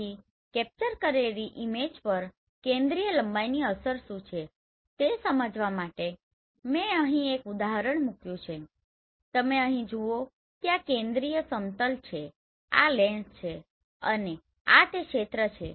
તેથી કેપ્ચર કરેલી ઈમેજ પર કેન્દ્રીય લંબાઈની અસર શું છે તે સમજવા માટે મેં અહી એક ઉદાહરણ મૂક્યું છે